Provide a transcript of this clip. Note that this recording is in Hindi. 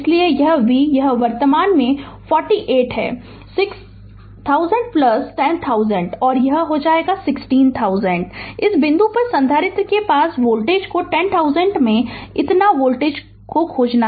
इसलिए v यह वर्तमान 48 6000 10000 है यह 16000 है इस बिंदु पर संधारित्र के पार वोल्टेज को 10000 में इतना वोल्ट खोजें